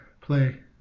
play